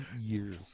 years